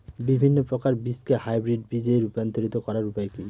বিভিন্ন প্রকার বীজকে হাইব্রিড বীজ এ রূপান্তরিত করার উপায় কি?